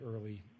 early